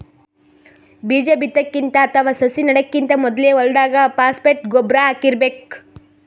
ಬೀಜಾ ಬಿತ್ತಕ್ಕಿಂತ ಅಥವಾ ಸಸಿ ನೆಡಕ್ಕಿಂತ್ ಮೊದ್ಲೇ ಹೊಲ್ದಾಗ ಫಾಸ್ಫೇಟ್ ಗೊಬ್ಬರ್ ಹಾಕಿರ್ಬೇಕ್